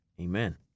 amen